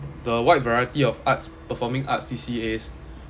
the wide variety of arts performing arts C_C_As